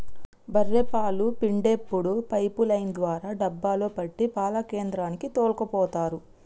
బఱ్ఱె పాలు పిండేప్పుడు పైపు లైన్ ద్వారా డబ్బాలో పట్టి పాల కేంద్రానికి తోల్కపోతరు